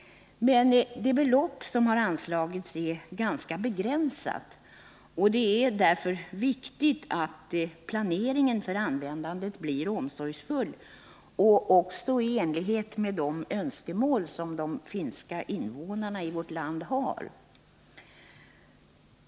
Men det belopp som anslagits är ganska begränsat, och det är därför viktigt att planeringen för användandet blir omsorgsfull och sker i enlighet med de önskemål som de finska invånarna i vårt land har.